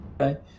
Okay